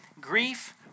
grief